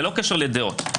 ללא קשר לדעות.